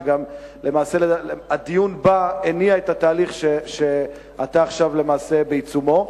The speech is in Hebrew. ולמעשה הדיון בה הניע את התהליך שאתה עכשיו בעיצומו,